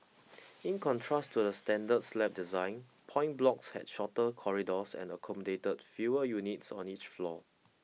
in contrast to the standard slab design point blocks had shorter corridors and accommodated fewer units on each floor